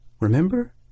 remember